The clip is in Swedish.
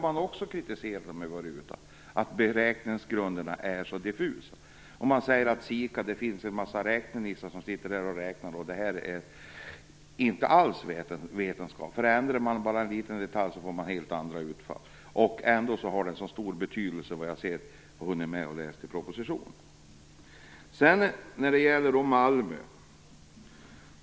Man har kritiserat att beräkningsgrunderna är så diffusa. Det är en massa räknenissar som sitter och räknar, men inte alls på något vetenskapligt sätt. Förändrar man bara en liten detalj får man helt andra utfall, men enligt vad jag har hunnit läsa i propositionen tillmäts detta ändå en stor betydelse.